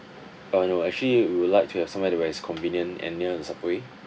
uh no actually we would like to have somewhere where is convenient and near the subway